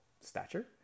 stature